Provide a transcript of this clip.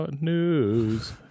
News